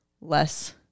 less